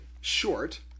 short